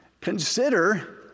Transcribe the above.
consider